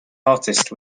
artist